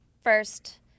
first